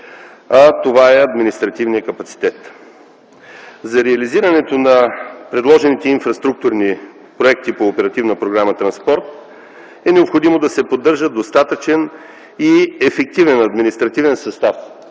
това е административният капацитет. За реализирането на предложените инфраструктурни проекти по Оперативна програма „Транспорт” е необходимо да се поддържа достатъчен и ефективен административен състав